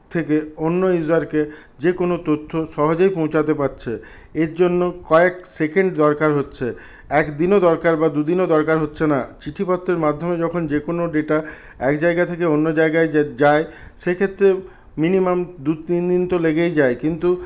থেকে অন্য ইউজারকে যেকোনো তথ্য সহজেই পৌঁছাতে পারছে এর জন্য কয়েক সেকেন্ড দরকার হচ্ছে একদিনও দরকার বা দুদিনও দরকার হচ্ছে না চিঠিপত্রের মাধ্যমে যখন যেকোনো ডেটা এক জায়গা থেকে অন্য জায়গায় যায় সেক্ষেত্রেও মিনিমাম দু তিনদিন তো লেগেই যায় কিন্তু